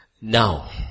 Now